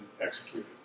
executed